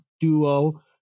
duo